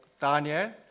Daniel